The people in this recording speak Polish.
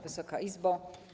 Wysoka Izbo!